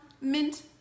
mint